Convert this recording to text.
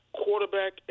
quarterback